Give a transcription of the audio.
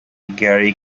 gary